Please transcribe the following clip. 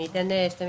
התשפ"א-2021.